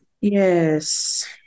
Yes